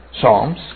Psalms